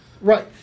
right